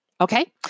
Okay